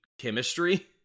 chemistry